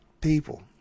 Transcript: people